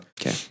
Okay